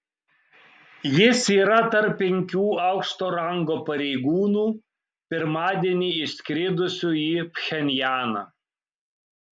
jis yra tarp penkių aukšto rango pareigūnų pirmadienį išskridusių į pchenjaną